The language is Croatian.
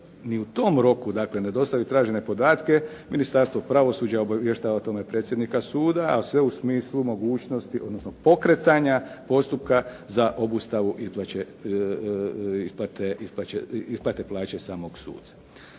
ni u tom roku ne dostavi tražene podatke, Ministarstvo pravosuđa obavještava o tome predsjednika suda, a sve u smislu mogućnosti, odnosno pokretanja postupka za obustavu isplate plaće samog suca.